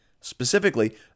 specifically